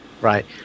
Right